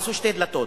עשו שתי דלתות.